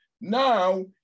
now